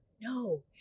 No